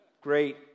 great